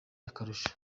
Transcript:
akarusho